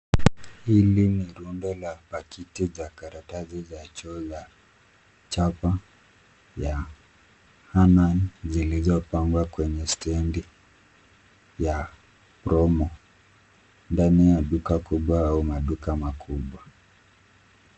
Hili ni rundo la pakiti za karatasi za choo za chapa ya Hanaan zilizopangwa kwenye stendi ya Promo ndani ya duka kubwa au maduka makubwa.